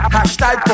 Hashtag